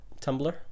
Tumblr